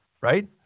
right